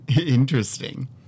Interesting